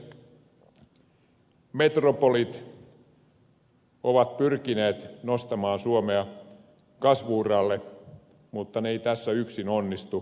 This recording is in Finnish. metropolit ovat pyrkineet nostamaan suomea kasvu uralle mutta ne eivät tässä yksin onnistu